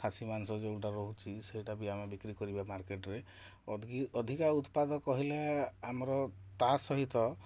ଖାସୀ ମାଂସ ଯେଉଁଟା ରହୁଛି ସେଇଟା ବି ଆମେ ବିକ୍ରି କରିବା ମାର୍କେଟରେ ଅଧିକା ଉତ୍ପାଦକ ହେଲେ ଆମର ତା'ସହିତ